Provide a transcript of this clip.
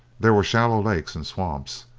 there were shallow lakes and swamps,